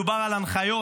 מדובר על הנחיות